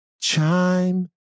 chime